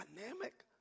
dynamic